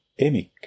emic